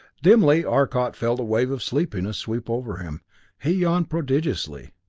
dimly arcot felt a wave of sleepiness sweep over him he yawned prodigiously.